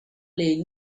les